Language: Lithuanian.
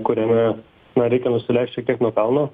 kuriame na reikia nusileist šiek tiek nuo kalno